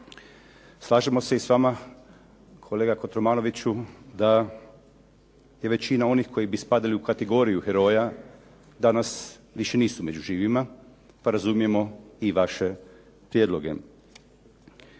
Slažemo se i s vama kolega Kotromanoviću da je većina onih koji bi spadali u kategoriju heroja danas više nisu među živima, pa razumijemo i vaše prijedloge.